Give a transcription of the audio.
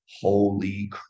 holy